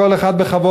כל אחד בכבוד,